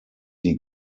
die